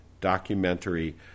Documentary